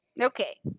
Okay